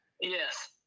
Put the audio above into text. Yes